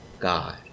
God